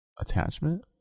attachment